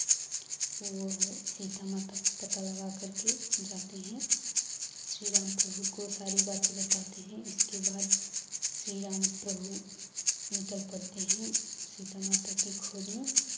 वह सीता माता का पता लगा करके जाते हैं श्री राम प्रभु को सारी बातें बताते हैं इसके बाद श्री राम प्रभु निकल पड़ते हैं सीता माता की खोज में